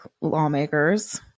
lawmakers